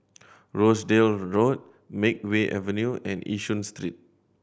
Rochdale Road Makeway Avenue and Yishun Street